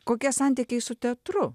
kokie santykiai su teatru